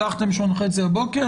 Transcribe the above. שלחתם ב-08:30 בבוקר.